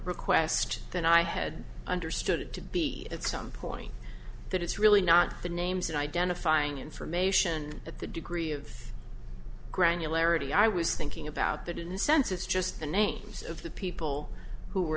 request than i had understood it to be at some point that it's really not the names and identifying information at the degree of granularity i was thinking about that in a sense it's just the names of the people who were